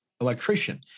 electrician